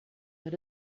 that